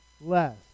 less